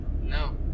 No